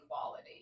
equality